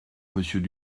monsieur